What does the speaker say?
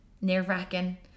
nerve-wracking